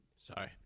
Sorry